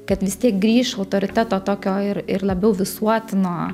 kad vis tiek grįš autoriteto tokio ir ir labiau visuotino